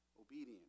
obedience